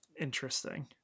interesting